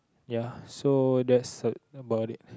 ya so that's about it